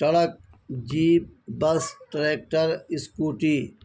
truck jeep bus tractor scooty